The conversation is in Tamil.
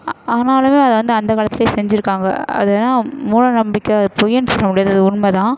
ஆனாலுமே அது வந்து அந்த காலத்துலேயே செஞ்சுருக்காங்க அது ஆனால் மூட நம்பிக்கை பொய்னு சொல்ல முடியாது அது உண்மை தான்